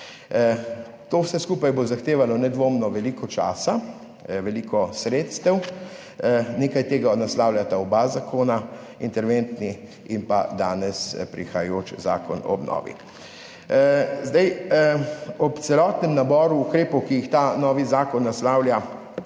To vse skupaj bo zahtevalo nedvomno veliko časa, veliko sredstev, nekaj tega naslavljata oba zakona, interventni in danes prihajajoči zakon o obnovi. Ob celotnem naboru ukrepov, ki jih ta novi zakon naslavlja,